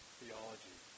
theology